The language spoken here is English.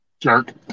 Jerk